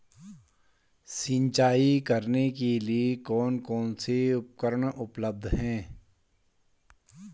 सिंचाई करने के लिए कौन कौन से उपकरण उपलब्ध हैं?